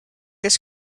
this